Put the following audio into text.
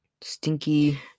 Stinky